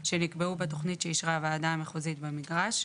שנקבעו בתוכנית שאישרה הוועדה המחוזית במגרש.